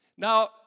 Now